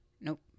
Nope